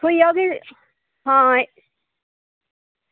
थ्होई जाह्ग हां